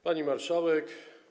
Pani Marszałek!